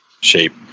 shape